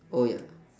oh ya